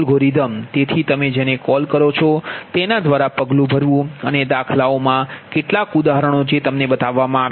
તેથી તમે જેને કોલ કરો છો તેના દ્વારા પગલું ભરવું અને દાખલાઓનાં કેટલાક ઉદાહરણો જે તમને બતાવવામાં આવ્યા છે